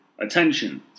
attention